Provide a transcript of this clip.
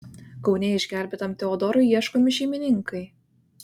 kaune išgelbėtam teodorui ieškomi šeimininkai